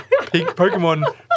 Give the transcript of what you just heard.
Pokemon